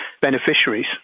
beneficiaries